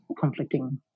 conflicting